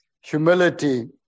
humility